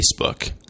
Facebook